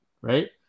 right